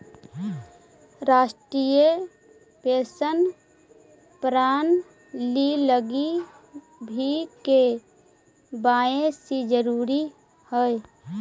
राष्ट्रीय पेंशन प्रणाली लगी भी के.वाए.सी जरूरी हई